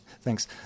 thanks